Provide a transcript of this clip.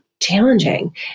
challenging